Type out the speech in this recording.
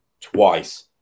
twice